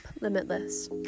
Limitless